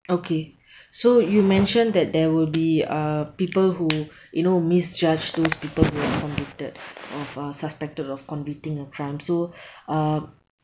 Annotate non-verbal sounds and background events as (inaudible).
okay (breath) so you mention that there will be uh people who (breath) you know misjudge those people who have convicted of uh suspected of convicting a crime so (breath) uh